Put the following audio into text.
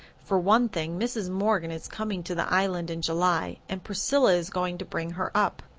for one thing, mrs. morgan is coming to the island in july and priscilla is going to bring her up.